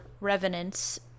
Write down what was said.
revenants